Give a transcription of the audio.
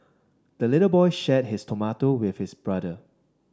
the little boy shared his tomato with his brother